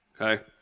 Okay